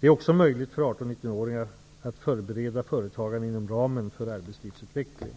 Det är också möjligt för 18 och 19-åringar att förbereda företagande inom ramen för arbetslivsutveckling.